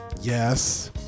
Yes